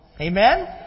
Amen